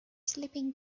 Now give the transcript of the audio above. sleeping